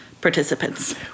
participants